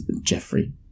jeffrey